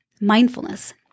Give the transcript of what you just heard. Mindfulness